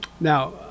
Now